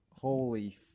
Holy